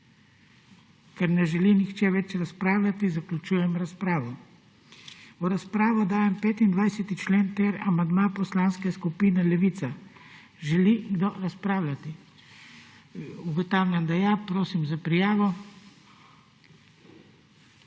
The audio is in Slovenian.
Ker ne želi nihče več razpravljati, zaključujem razpravo. V razpravo dajem 37. člen ter amandma Poslanske skupine Levica. Želi kdo razpravljati? Ugotavljam, da želi. Nataša